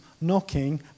knocking